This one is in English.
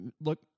Look